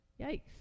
Yikes